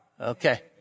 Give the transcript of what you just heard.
Okay